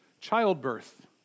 Childbirth